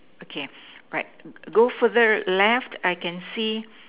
okay right go further left I can see